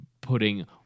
putting